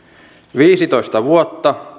viisitoista vuotta